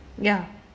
ya